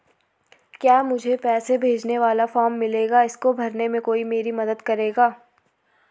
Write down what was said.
क्या मुझे पैसे भेजने वाला फॉर्म मिलेगा इसको भरने में कोई मेरी मदद करेगा?